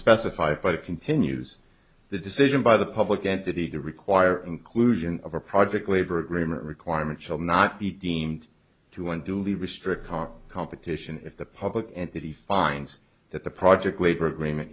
specify but it continues the decision by the public entity to require inclusion of a project labor agreement requirement shall not be deemed to want duly restrict car competition if the public and that he finds that the project labor agreement